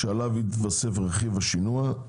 שעליו יתווסף רכיב השינוע.